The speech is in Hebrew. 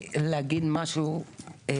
פה אנחנו מדברים על צוואה ברורה של אותו אדם.